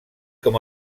com